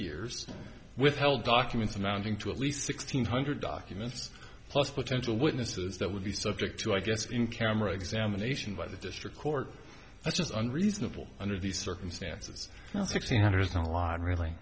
years withheld documents amounting to at least sixteen hundred documents plus potential witnesses that would be subject to i guess in camera examination by the district court that's just on reasonable under these circumstances now six hundred